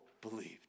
believed